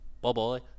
Bye-bye